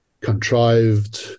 contrived